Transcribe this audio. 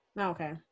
Okay